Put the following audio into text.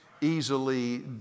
easily